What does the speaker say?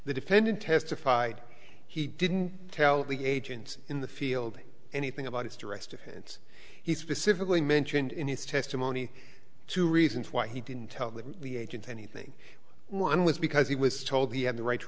the defendant testified he didn't tell the agents in the field anything about his to rest of hands he specifically mentioned in his testimony two reasons why he didn't tell them the agent anything one was because he was told he had the right to